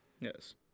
Yes